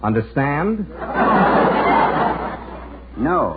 understand no